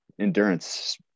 endurance